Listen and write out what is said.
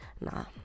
nah